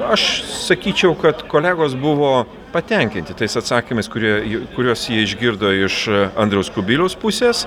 aš sakyčiau kad kolegos buvo patenkinti tais atsakymais kurie jų kuriuos jie išgirdo iš andriaus kubiliaus pusės